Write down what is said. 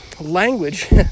language